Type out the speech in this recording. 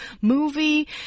movie